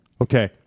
okay